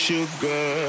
Sugar